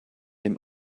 dem